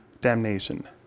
damnation